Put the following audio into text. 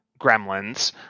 gremlins